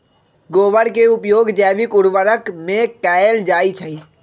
गोबर के उपयोग जैविक उर्वरक में कैएल जाई छई